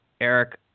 Eric